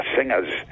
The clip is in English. singers